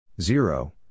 Zero